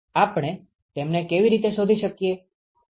આપણે તેમને કેવી રીતે શોધી શકીએ